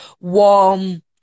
warm